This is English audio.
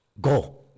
go